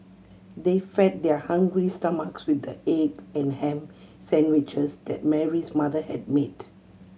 they fed their hungry stomach with the egg and ham sandwiches that Mary's mother had made